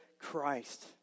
Christ